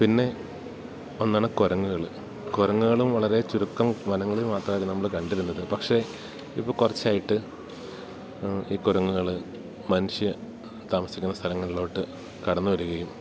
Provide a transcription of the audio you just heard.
പിന്നെ ഒന്നാണ് കുരങ്ങുകൾ കുരങ്ങുകളും വളരെ ചുരുക്കം വനങ്ങളിൽ മാത്രം അത് നമ്മൾ കണ്ടിരുന്നത് പക്ഷേ ഇപ്പം കുറച്ചായിട്ട് ഈ കുരങ്ങുകൾ മനുഷ്യൻ താമസിക്കുന്ന സ്ഥലങ്ങളിലോട്ട് കടന്ന് വരികയും